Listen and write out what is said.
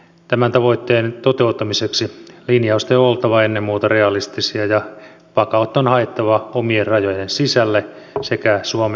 tämän tavoitteen toteuttamiseksi linjausten on oltava ennen muuta realistisia ja vakautta on haettava omien rajojen sisälle sekä suomen lähialueille